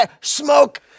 Smoke